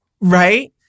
Right